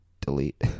delete